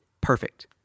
perfect